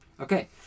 Okay